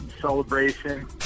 celebration